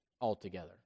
altogether